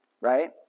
Right